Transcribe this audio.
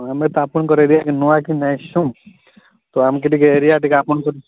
ଆମେ ତ ଆପଣଙ୍କର ଏରିଆରେ ନୂଆକିନି ଆସିଛୁଁ ତ ଆମ୍କେ ଟିକେ ଏରିଆ ଟିକେ ଆପଣଙ୍କୁ